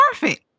perfect